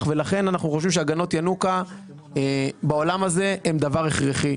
ולכן אנחנו חושבים שהגנות ינוקא בעולם הזה הן דבר הכרחי.